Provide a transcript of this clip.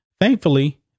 Thankfully